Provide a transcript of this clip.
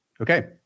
Okay